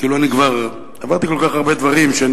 כאילו אני כבר עברתי כל כך הרבה דברים שאני